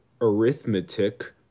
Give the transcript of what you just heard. arithmetic